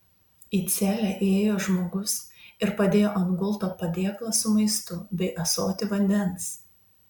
į celę įėjo žmogus ir padėjo ant gulto padėklą su maistu bei ąsotį vandens